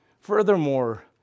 Furthermore